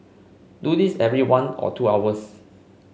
do this every one or two hours